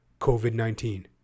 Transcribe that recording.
COVID-19